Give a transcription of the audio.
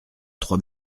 trois